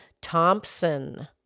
Thompson